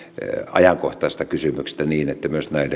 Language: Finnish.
ajankohtaisista kysymyksistä niin että